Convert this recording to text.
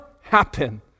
happen